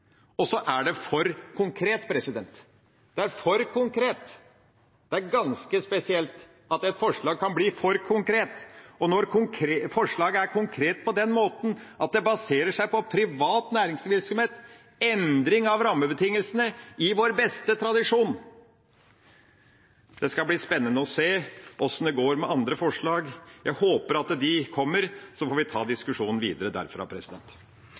Det er ganske spesielt at et forslag kan bli for konkret. Forslaget er konkret på den måten at det baserer seg på privat næringsvirksomhet – endring av rammebetingelsene i vår beste tradisjon. Det skal bli spennende å se hvordan det går med andre forslag. Jeg håper at de kommer, så får vi ta diskusjonen videre derfra.